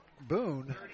Boone